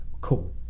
Cool